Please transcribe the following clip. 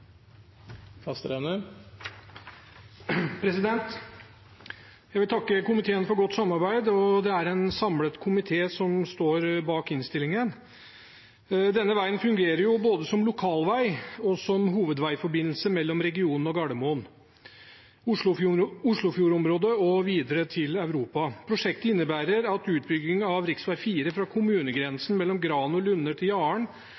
utover den fordelte taletid, får en taletid på inntil 3 minutter. Jeg vil takke komiteen for godt samarbeid. Det er en samlet komité som står bak innstillingen. Denne veien fungerer både som lokalvei og som hovedveiforbindelse mellom regionen og Gardermoen, Oslofjordområdet og videre til Europa. Prosjektet innebærer at utbygging av rv. 4 fra kommunegrensen mellom Gran og Lunner til